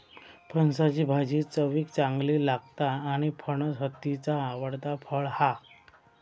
फणसाची भाजी चवीक चांगली लागता आणि फणस हत्तीचा आवडता फळ हा